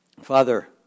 Father